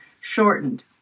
shortened